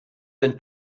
bin